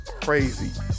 crazy